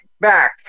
back